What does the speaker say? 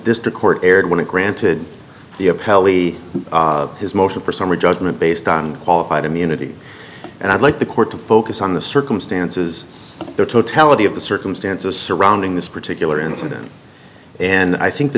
district court erred when it granted the appellee his motion for summary judgment based on qualified immunity and i'd like the court to focus on the circumstances the totality of the circumstances surrounding this particular incident and i think the